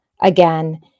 again